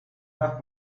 gas